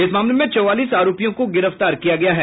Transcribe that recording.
इस मामले में चौवालीस आरोपियों को गिरफ्तार किया गया है